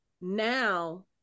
now